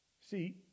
See